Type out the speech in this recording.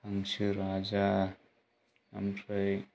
हांसो राजा ओमफ्राय